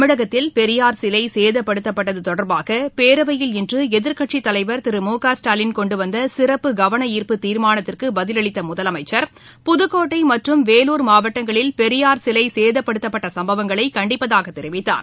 தமிழகத்தில் பெரியர் சிலை சேதப்படுத்தப்பட்டது தொடர்பாக பேரவையில் இன்று எதிர்க்கட்சித் தலைவர் திரு மு க ஸ்டாலின் கொண்டு வந்த சிறப்பு கவன ாள்ப்பு தீர்மானத்திற்கு பதிலளித்த முதலமைச்சர் புதுக்கோட்டை மற்றும் வேலூர் மாவட்டங்களில் பெரியார் சிலை சேதப்பட்டுத்தப்பட்ட சம்பவங்களை கண்டிப்பதாக தெரிவித்தார்